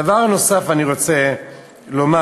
דבר נוסף אני רוצה לומר,